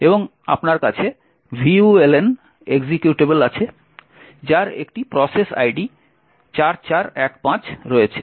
তারপর আপনার কাছে vuln এক্সিকিউটেবল আছে যার একটি প্রসেস আইডি 4415 রয়েছে